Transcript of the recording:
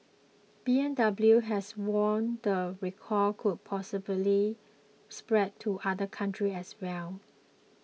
B M W has warned the recall could possibly spread to other countries as well